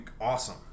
awesome